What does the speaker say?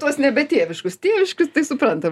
tuos nebe tėviškus tėviškus tai suprantam